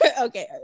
okay